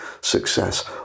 success